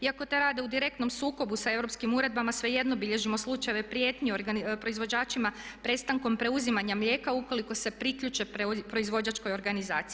Iako to rade u direktnom sukobu sa europskim uredbama svejedno bilježimo slučajeve prijetnji proizvođačima, prestankom preuzimanja mlijeka ukoliko se priključe proizvođačkoj organizaciji.